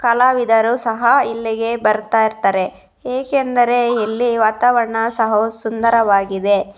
ಕಲಾವಿದರು ಸಹ ಇಲ್ಲಿಗೆ ಬರ್ತಾ ಇರ್ತಾರೆ ಏಕೆಂದರೆ ಇಲ್ಲಿ ವಾತಾವರಣ ಸಹ ಸುಂದರವಾಗಿದೆ